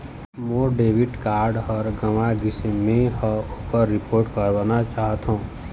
मोर debit card ह गंवा गिसे, मै ह ओकर रिपोर्ट करवाना चाहथों